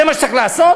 זה מה שצריך לעשות?